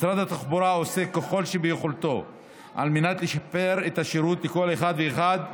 משרד התחבורה עושה ככל שביכולתו על מנת לשפר את השירות לכל אחד ואחת.